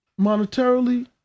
Monetarily